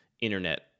internet